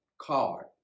card